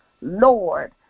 Lord